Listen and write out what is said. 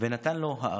ונתן לו האריג.